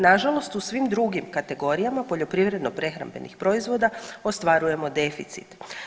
Nažalost u svim drugim kategorijama poljoprivredno prehrambenih proizvoda ostvarujemo deficit.